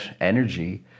energy